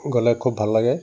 গ'লে খুব ভাল লাগে